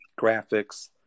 graphics